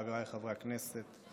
חבריי חברי הכנסת,